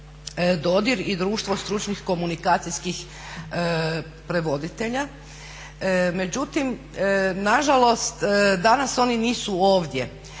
Dodir i Društvo stručnih komunikacijskih prevoditelja međutim, nažalost danas oni nisu ovdje